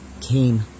came